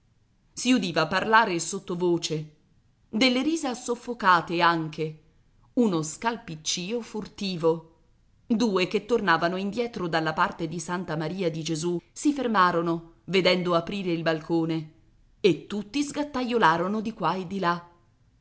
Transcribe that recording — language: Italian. si udiva parlare sottovoce delle risa soffocate anche uno scalpiccìo furtivo due che tornavano indietro dalla parte di santa maria di gesù si fermarono vedendo aprire il balcone e tutti sgattaiolarono di qua e di là